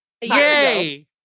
Yay